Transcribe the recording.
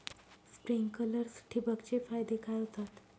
Sprinklers ठिबक चे फायदे काय होतात?